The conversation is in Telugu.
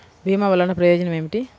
భీమ వల్లన ప్రయోజనం ఏమిటి?